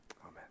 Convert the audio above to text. Amen